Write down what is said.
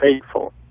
faithful